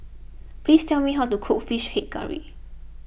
please tell me how to cook Fish Head Curry